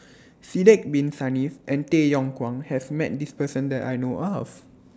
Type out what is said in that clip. Sidek Bin Saniff and Tay Yong Kwang has Met This Person that I know of